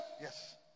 Yes